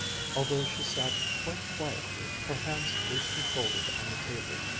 although she sat quite quietly, her hands loosely folded on the table,